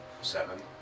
Seven